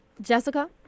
Jessica